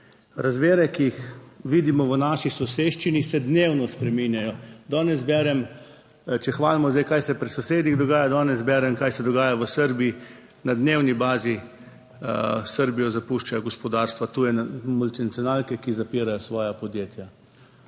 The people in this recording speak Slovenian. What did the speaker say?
Razmere, ki jih vidimo v naši soseščini, se dnevno spreminjajo. Danes berem, če hvalimo zdaj, kaj se pri sosedih dogaja, danes berem, kaj se dogaja v Srbiji. Na dnevni bazi Srbijo zapuščajo gospodarstva, tuje multinacionalke, ki zapirajo svoja podjetja.